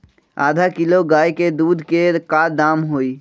आधा किलो गाय के दूध के का दाम होई?